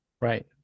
Right